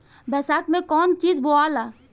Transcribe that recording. बैसाख मे कौन चीज बोवाला?